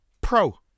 Pro